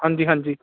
ਹਾਂਜੀ ਹਾਂਜੀ